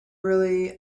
really